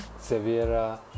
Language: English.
Severa